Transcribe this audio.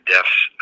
Deaths